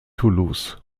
toulouse